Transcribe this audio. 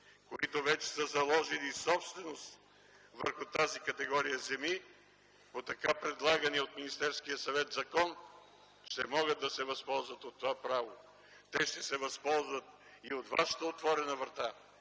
които вече са заложили собственост върху тази категория земи, по така предлагания от Министерския съвет закон, ще могат да се възползват от това право. Те ще се възползват и от вашата отворена врата,